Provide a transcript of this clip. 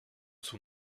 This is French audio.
son